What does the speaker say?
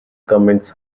commits